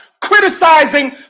criticizing